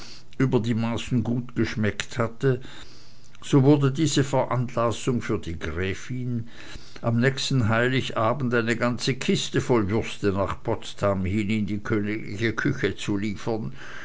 über die maßen gut geschmeckt hatte so wurde dies veranlassung für die gräfin am nächsten heiligabend eine ganze kiste voll würste nach potsdam hin in die königliche küche zu liefern